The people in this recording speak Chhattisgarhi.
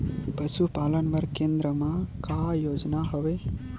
पशुपालन बर केन्द्र म का योजना हवे?